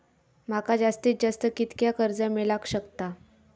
माका जास्तीत जास्त कितक्या कर्ज मेलाक शकता?